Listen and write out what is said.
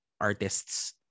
artists